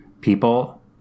people